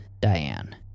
Diane